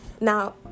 Now